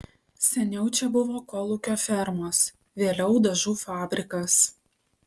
seniau čia buvo kolūkio fermos vėliau dažų fabrikas